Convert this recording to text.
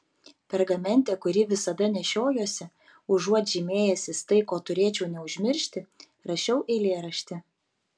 pergamente kurį visada nešiojuosi užuot žymėjęsis tai ko turėčiau neužmiršti rašiau eilėraštį